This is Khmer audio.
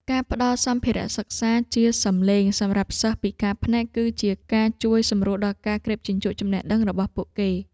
ការផ្តល់សម្ភារៈសិក្សាជាសម្លេងសម្រាប់សិស្សពិការភ្នែក គឺជាការជួយសម្រួលដល់ការក្រេបជញ្ជក់ចំណេះដឹងរបស់ពួកគេ។